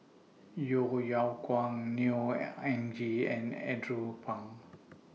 Yeo Yeow Kwang Neo Anngee and Andrew Phang